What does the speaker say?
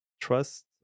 trust